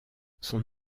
son